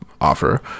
offer